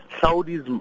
Saudi's